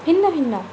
ভিন্ন ভিন্ন